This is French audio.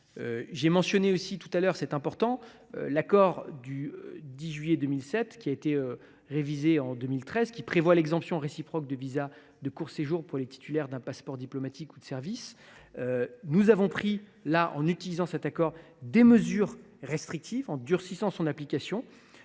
J’ai mentionné aussi tout à l’heure – c’est un point important – l’accord du 10 juillet 2007, révisé en 2013, qui prévoit l’exemption réciproque de visa de court séjour pour les titulaires d’un passeport diplomatique ou de service. Nous avons pris, sur la base de cet accord, des mesures restrictives, en durcissant sa mise en